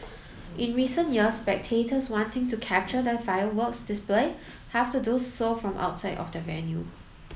in recent years spectators wanting to capture the fireworks display have to do so from outside of the venue